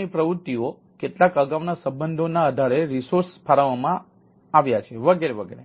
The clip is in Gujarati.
ઘટકો કેટલાક અગાઉના સંબંધોના આધારે રિસોર્સો ફાળવવામાં આવ્યા છે વગેરે વગેરે